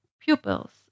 pupils